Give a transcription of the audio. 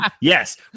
Yes